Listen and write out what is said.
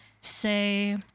say